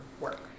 work